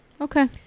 Okay